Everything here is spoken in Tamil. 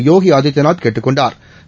யோகிஆதித்யநாத் கேட்டுக் கொண்டாா்